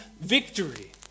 victory